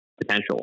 potential